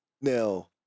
now